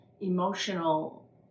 emotional